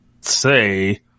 say